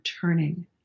turning